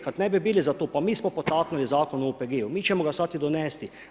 Kad ne bi bili za to, pa mi smo potaknuli Zakon o OPG-u, mi ćemo ga sad i donesti.